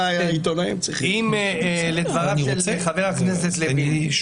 לדבריו של חה"כ לוין,